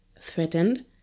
threatened